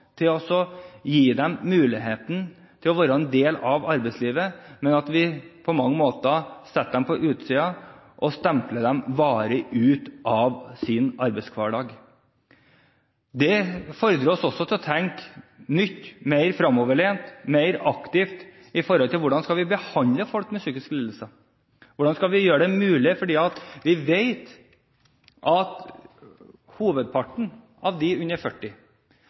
til å gi dem muligheten til å være en del av arbeidslivet, men at vi på mange måter setter dem på utsiden og stempler dem varig ut av arbeidshverdagen. Det oppfordrer oss også til å tenke nytt, mer fremoverlent og mer aktivt på hvordan vi skal behandle folk med psykiske lidelser, hvordan vi skal gjøre det mulig å komme tilbake. Vi vet at hovedparten av dem under 40